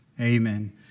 Amen